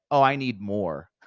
oh, i need more?